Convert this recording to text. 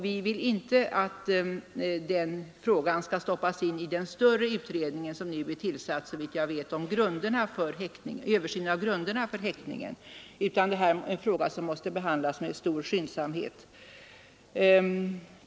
Vi vill inte att den frågan skall stoppas in i den större utredning som, såvitt jag vet, nu är tillsatt för att göra en översyn av grunderna för häktning, utan detta är en fråga som måste behandlas med stor skyndsamhet.